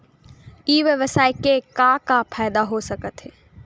ई व्यवसाय से का का फ़ायदा हो सकत हे?